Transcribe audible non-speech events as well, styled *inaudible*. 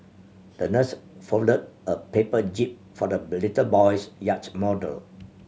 the nurse folded a paper jib for the *unintelligible* little boy's yacht model